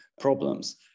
problems